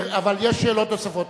אבל יש שאלות נוספות,